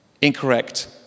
Incorrect